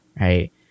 right